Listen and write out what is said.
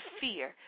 fear